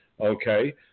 Okay